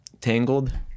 Tangled